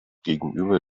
gegenüber